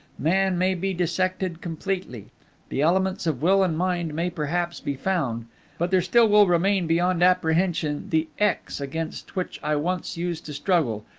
man may be dissected completely the elements of will and mind may perhaps be found but there still will remain beyond apprehension the x against which i once used to struggle.